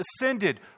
ascended